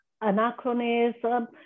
anachronism